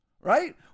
right